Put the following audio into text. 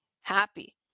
happy